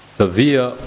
severe